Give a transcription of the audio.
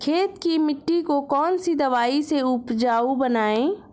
खेत की मिटी को कौन सी दवाई से उपजाऊ बनायें?